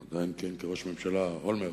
הוא עדיין כיהן כראש ממשלה, אולמרט,